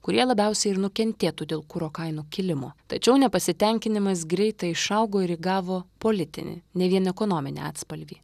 kurie labiausiai ir nukentėtų dėl kuro kainų kilimo tačiau nepasitenkinimas greitai išaugo ir įgavo politinį ne vien ekonominį atspalvį